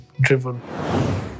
driven